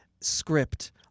script